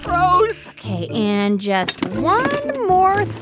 gross ok. and just one more